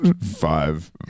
five